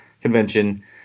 convention